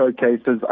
showcases